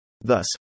Thus